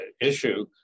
issue